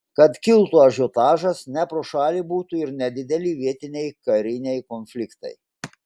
kad kiltų ažiotažas ne pro šalį būtų ir nedideli vietiniai kariniai konfliktai